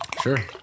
sure